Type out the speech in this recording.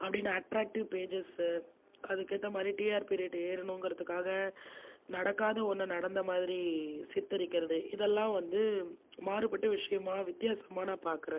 அப்படினு attractive pages அதுக்கு ஏற்ற மாதிரி டிஆர்பி ரேட் ஏறனுங்கிறதுக்காக நடக்காத ஒன்றா நடந்த மாதிரி சித்தரிக்கிறது இதெல்லாம் வந்து மாறுபட்ட விஷயமாக வித்தியாசமாக நான் பார்க்குறேன்